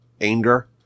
anger